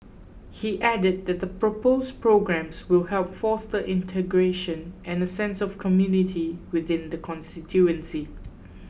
he added that the proposed programmes will help foster integration and a sense of community within the constituency